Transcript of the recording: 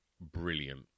brilliant